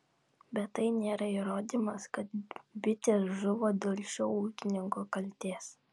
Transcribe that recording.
bet tai nėra įrodymas kad bitės žuvo dėl šio ūkininko kaltės